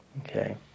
Okay